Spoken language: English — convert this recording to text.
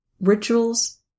rituals